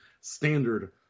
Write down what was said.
standard